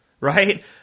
right